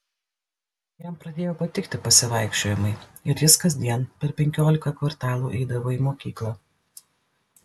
jam pradėjo patikti pasivaikščiojimai ir jis kasdien per penkiolika kvartalų eidavo į mokyklą